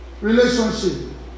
Relationship